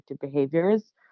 behaviors